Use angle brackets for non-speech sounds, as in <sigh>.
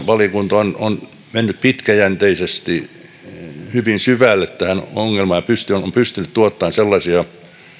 <unintelligible> valiokunta on on mennyt pitkäjänteisesti hyvin syvälle tähän ongelmaan ja on pystynyt tuottamaan sellaisia